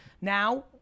Now